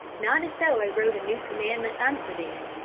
not as though i wrote a new commandment unto thee,